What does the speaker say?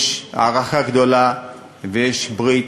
יש הערכה גדולה ויש ברית,